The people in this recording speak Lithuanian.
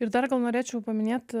ir dar gal norėčiau paminėt